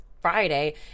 Friday